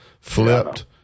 flipped –